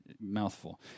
mouthful